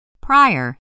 Prior